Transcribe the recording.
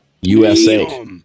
USA